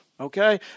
okay